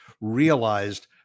realized